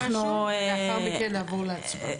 לאחר מכן נעבור להצבעה.